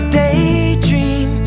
daydream